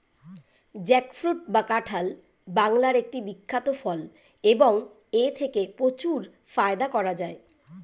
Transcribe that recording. jackfruit বা কাঁঠাল বাংলার একটি বিখ্যাত ফল এবং এথেকে প্রচুর ফায়দা করা য়ায়